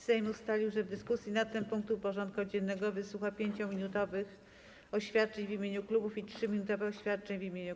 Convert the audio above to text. Sejm ustalił, że w dyskusji nad tym punktem porządku dziennego wysłucha 5-minutowych oświadczeń w imieniu klubów i 3-minutowych oświadczeń w imieniu kół.